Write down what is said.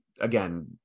again